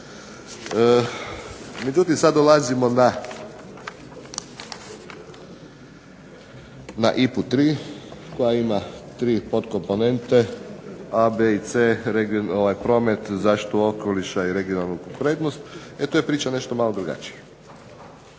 Međutim sad dolazimo na IPA-u3 koja ima 3 podkomponente a), b) i c) promet, zaštitu okoliša i regionalnu …/Govornik se ne razumije./…, e tu je priča nešto malo drugačija.